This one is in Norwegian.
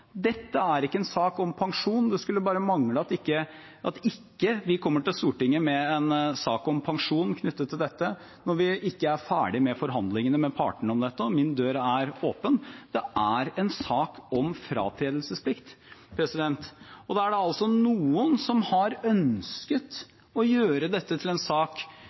Dette er ikke en sak om pensjon. Det skulle bare mangle at vi ikke kommer til Stortinget med en sak om pensjon knyttet til dette, når vi ikke er ferdig med forhandlingene med partene om dette, og min dør er åpen. Dette er en sak om fratredelesplikt. Det er noen som har ønsket å gjøre dette til en sak